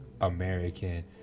American